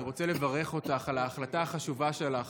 אני רוצה לברך אותך על ההחלטה החשובה שלך